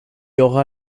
aura